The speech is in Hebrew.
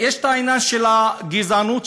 יש עניין של הגזענות,